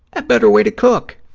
a better way to cook.